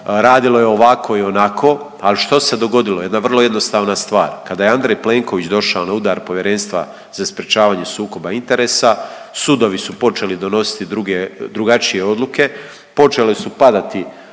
radilo je ovako i onako, ali što se dogodilo, jedna vrlo jednostavna stvar. Kada je Andrej Plenković došao na udar povjerenstva za sprječavanje sukoba interesa, sudovi su počeli donositi druge, drugačije odluke, počele su padati